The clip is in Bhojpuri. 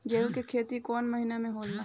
गेहूं के खेती कौन महीना में होला?